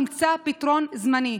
נמצא פתרון זמני.